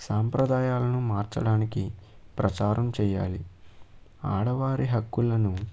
సాంప్రదాయాలను మార్చడానికి ప్రచారం చెయ్యాలి ఆడవారి హక్కులను